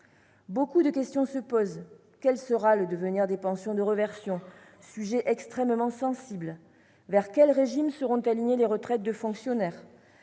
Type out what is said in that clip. Beaucoup de questions se posent : que deviendront les pensions de réversion, sujet .extrêmement sensible ? Sur quels régimes seront alignées les retraites des fonctionnaires ?